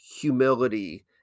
humility